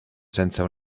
senza